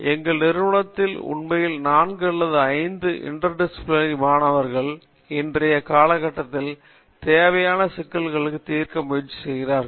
எங்கள் நிறுவனதில் உண்மையில் 4 அல்லது 5 இன்டெர்டிசிப்ளினேரி மாணவர்கள் இன்றைய காலகட்டத்தில் தேவையான சிக்கல்களை தீர்க்க முயற்சி செய்கிறார்கள்